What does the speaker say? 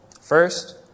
First